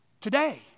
today